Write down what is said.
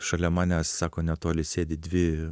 šalia manęs sako netoli sėdi dvi